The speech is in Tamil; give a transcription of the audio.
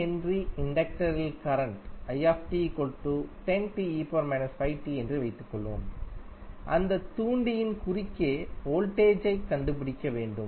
H இண்டக்டரில் கரண்ட் என்று வைத்துக்கொள்வோம் அந்த தூண்டியின் குறுக்கே வோல்டேஜைக் கண்டுபிடிக்க வேண்டும்